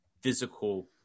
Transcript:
physical